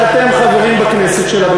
שאתם חברים בכנסת שלה,